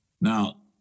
Now